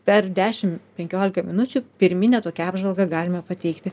per dešim penkiolika minučių pirminę tokią apžvalgą galime pateikti